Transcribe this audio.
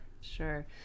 sure